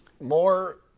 More